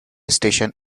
station